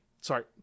Sorry